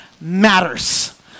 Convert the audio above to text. matters